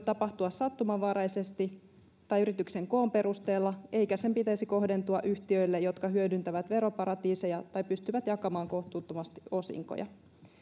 tapahtua sattumanvaraisesti tai yrityksen koon perusteella eikä sen pitäisi kohdentua yhtiöille jotka hyödyntävät veroparatiiseja ta pystyvät jakamaan kohtuuttomasti osinkoja